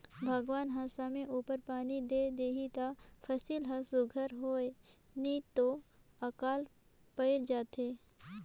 भगवान हर समे उपर पानी दे देहे ता फसिल हर सुग्घर होए नी तो अकाल पइर जाए